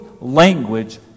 language